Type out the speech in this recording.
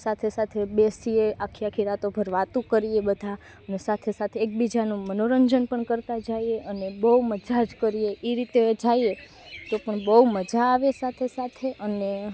સાથે સાથે બેસીએ આખી આખી રાતોભર વાતો કરીએ બધાં ને સાથે સાથે એક બીજાનું મનોરંજન પણ કરતાં જઈએ અને બહું મજા જ કરીએ એ રીતે જઈએ તો પણ બહું મજા આવે સાથે સાથે અને